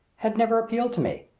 had never appealed to me.